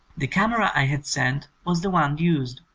the camera i had sent was the one used,